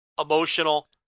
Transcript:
Emotional